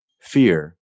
Fear